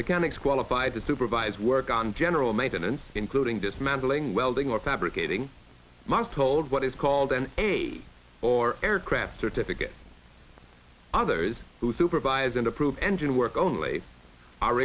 mechanics qualified to supervise work on general maintenance including dismantling welding or fabricating must hold what is called an a or aircraft certificate others who supervise and approve engine work only are